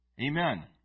Amen